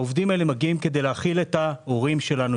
העובדים האלה מגיעים כדי להאכיל את ההורים שלנו,